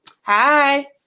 Hi